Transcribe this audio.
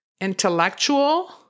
intellectual